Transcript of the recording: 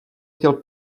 chtěl